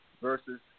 versus